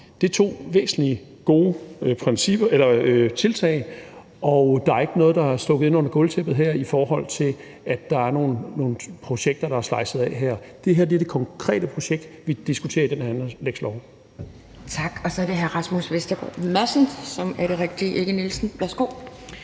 Det er to væsentlige og gode tiltag, og der er ikke noget, der er stukket ind under gulvtæppet her, i forhold til at der er nogle projekter, der er slicet af her. Det her er det konkrete projekt, vi diskuterer i den her anlægslov. Kl. 20:09 Anden næstformand (Pia Kjærsgaard): Tak, så er det hr. Rasmus Vestergaard Madsen, som er det rigtige navn – ikke Nielsen. Værsgo.